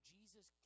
Jesus